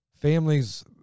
families